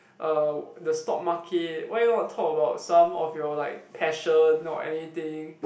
uh the stock market why not talk about some of your like passion or anything